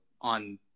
on